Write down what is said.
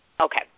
Okay